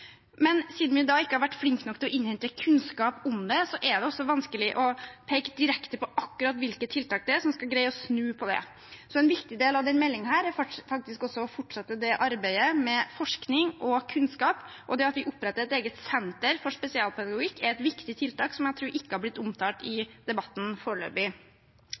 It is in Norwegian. Men siden vi da ikke har vært flinke nok til å innhente kunnskap om det, er det også vanskelig å peke direkte på akkurat hvilke tiltak det er som skal greie å snu på det. Så en viktig del av denne meldingen er faktisk også å fortsette arbeidet med forskning og kunnskap, og det at vi oppretter et eget senter for spesialpedagogikk, er et viktig tiltak som jeg tror ikke har vært omtalt i debatten foreløpig.